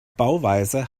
bauweise